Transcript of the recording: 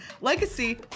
Legacy